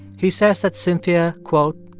he says that cynthia, quote,